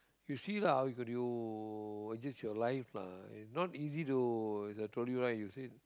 you see lah how could you adjust your life lah it's not easy to as I told you right you said